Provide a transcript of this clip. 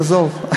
תעזוב.